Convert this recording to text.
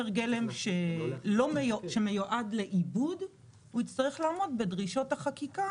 גלם שמיועד לעיבוד הוא יצטרך לעמוד בדרישות החקיקה